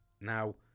Now